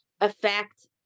affect